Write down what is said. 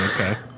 Okay